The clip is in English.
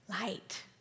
light